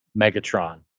Megatron